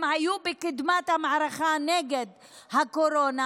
הם היו בקדמת המערכה נגד הקורונה,